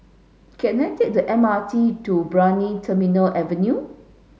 can I take the M R T to Brani Terminal Avenue